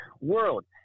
world